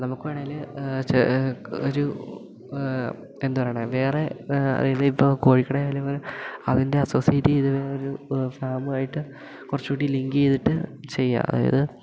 നമുക്ക് വേണേൽ ചെ ഒരു എന്താ പറയുന്നേ വേറെ ഇതിപ്പോൾ കോഴിക്കടയായാലും അതിൻ്റെ അസോസിയേറ്റ് ചെയ്ത ഒരു ഫാമുമായിട്ട് കുറച്ചു കൂടി ലിങ്ക് ചെയ്തിട്ട് ചെയ്യാൻ അതായത്